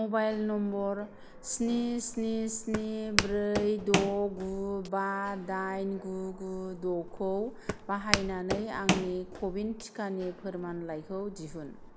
mobile number स्नि स्नि स्नि ब्रै द' गु बा दाइन गु गु द' खौ बाहायनानै आंनि क' विन टिकानि फोरमानलाइखौ दिहुन